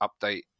update